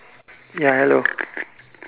ya hello